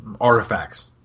artifacts